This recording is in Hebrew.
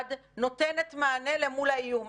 הממ"ד נותנת מענה למול האיום.